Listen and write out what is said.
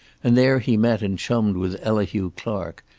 and there he met and chummed with elihu clark,